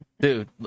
Dude